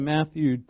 Matthew